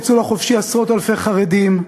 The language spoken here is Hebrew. יצאו לחופשי עשרות אלפי חרדים.